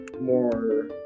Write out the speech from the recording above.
more